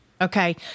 Okay